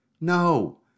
No